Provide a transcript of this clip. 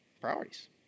priorities